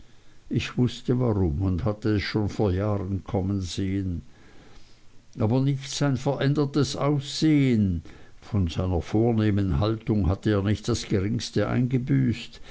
ich wußte warum und hatte es schon vor jahren kommen sehen aber nicht sein verändertes aussehen von seiner vornehmen haltung hatte er nicht das geringste eingebüßt